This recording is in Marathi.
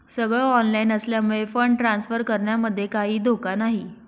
सगळ ऑनलाइन असल्यामुळे फंड ट्रांसफर करण्यामध्ये काहीही धोका नाही